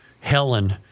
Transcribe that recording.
Helen